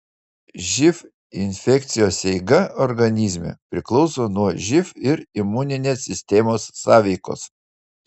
živ infekcijos eiga organizme priklauso nuo živ ir imuninės sistemos sąveikos